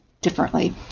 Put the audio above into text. differently